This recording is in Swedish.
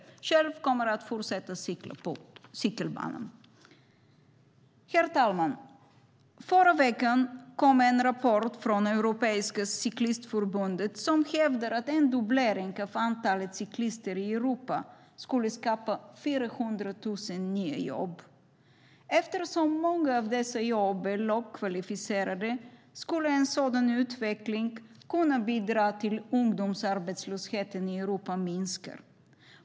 Själv kommer jag att fortsätta att cykla på cykelbanan. Herr talman! Förra veckan kom en rapport från Europeiska cyklistförbundet som hävdar att en dubblering av antalet cyklister i Europa skulle skapa 400 000 nya jobb. Eftersom många av dessa jobb är lågkvalificerade skulle en sådan utveckling kunna bidra till att ungdomsarbetslösheten i Europa minskar.